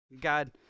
God